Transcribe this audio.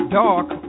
dark